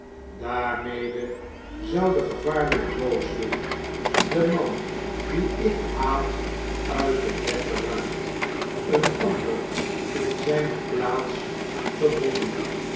zou de gevaarlijke booswicht de man dien ik haat uit den weg geruimd een ander in zijne plaats gewonnen